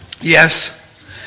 Yes